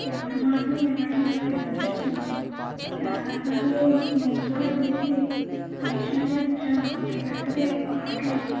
ఎవరి మాట వినడం లేదు ఎంత చెప్తున్నా చాలాసార్లు నేను కూడ పిలిచి పనిష్మెంట్లు ఇచ్చాను అయినా సరే మారట్లేదు